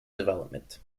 development